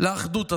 לאחדות הזאת.